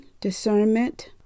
discernment